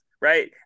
Right